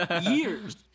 years